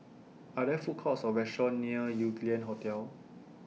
Are There Food Courts Or restaurants near Yew Lian Hotel